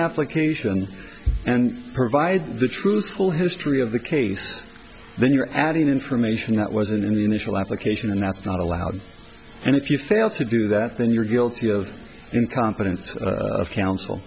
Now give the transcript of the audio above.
application and provide the truthful history of the case then you're adding information that wasn't in the initial application and that's not allowed and if you fail to do that then you're guilty of incompetence of coun